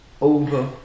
over